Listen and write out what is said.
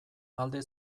alde